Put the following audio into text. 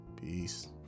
Peace